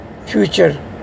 future